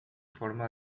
forma